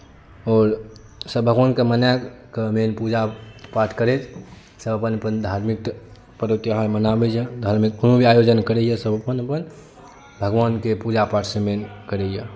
आओर सभ भगवानकेँ मनाएके मेन पूजापाठ करैत सभ अपन अपन धार्मिक पर्व त्यौहार मनाबैए धार्मिक कोनो भी आयोजन करैए सभ अपन अपन भगवानके पूजापाठ से मेन करैए